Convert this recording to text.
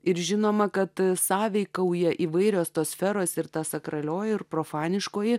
ir žinoma kad sąveikauja įvairios tos sferos ir ta sakralioji ir profaniškoji